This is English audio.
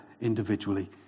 individually